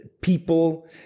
people